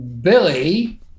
Billy